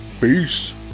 peace